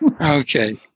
Okay